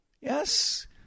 Yes